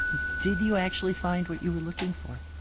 did you actually find what you were looking for?